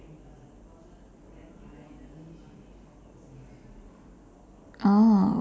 oh